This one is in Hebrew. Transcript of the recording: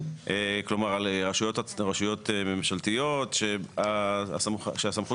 כלומר על הרשויות הממשלתיות שהסמכות